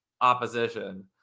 opposition